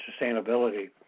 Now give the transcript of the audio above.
sustainability